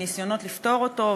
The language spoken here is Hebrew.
ובניסיונות לפתור אותו,